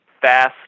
fast